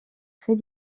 très